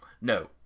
No